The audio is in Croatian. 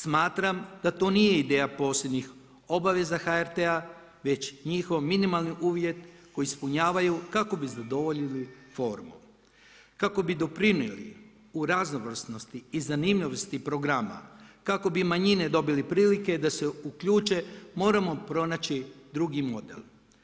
Smatram da to nije ideja posljednjih obaveza HRT-a već njihov minimalni uvjet koji ispunjavaju kako bi zadovoljili formu, kako bi doprinijeli u raznovrsnosti i zanimljivosti programa, kako bi manjine dobili prilike da se uključe moramo pronaći drugi model.